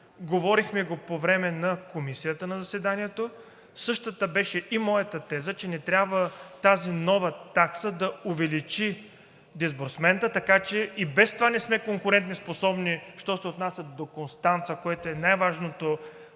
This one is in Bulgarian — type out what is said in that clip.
говорихме го по време на заседание в Комисията. Същата беше и моята теза, че не трябва тази нова такса да увеличи дисбурсмента, така че и без това не сме конкурентоспособни, що се отнася до Констанца, който е най-важното